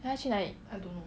!huh! she like